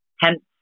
hence